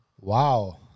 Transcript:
Wow